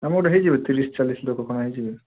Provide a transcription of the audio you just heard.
ଆମର ହେଇଯିବେ ତିରିଶ ଚାଳିଶ ଲୋକ ଖଣ୍ଡେ ହେଇଯିବେ